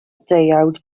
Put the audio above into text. deuawd